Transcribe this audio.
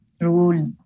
rule